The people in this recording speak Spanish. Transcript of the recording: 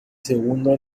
segundo